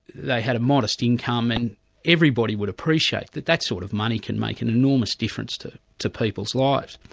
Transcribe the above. they had a modest income, and everybody would appreciate that that sort of money can make an enormous difference to to people's lives.